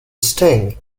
sting